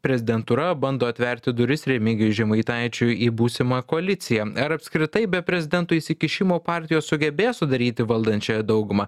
prezidentūra bando atverti duris remigijui žemaitaičiui į būsimą koaliciją ar apskritai be prezidento įsikišimo partijos sugebės sudaryti valdančiąją daugumą